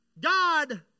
God